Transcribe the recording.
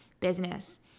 business